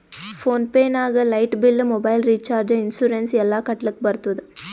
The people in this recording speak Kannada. ಫೋನ್ ಪೇ ನಾಗ್ light bill, mobile recharge, insurance ಎಲ್ಲಾ ಕಟ್ಟಲಕ್ ಬರ್ತುದ್